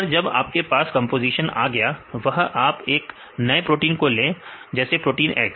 एक बार जब आपके पास कंपोजीशन आ गया वह आप एक नए प्रोटीन को ले जैसे प्रोटीन X